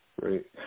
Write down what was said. Great